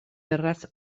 erraz